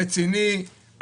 רציני.